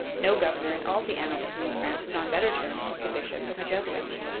no governor in all the annals of new france was on better terms with the bishop and the jesuits.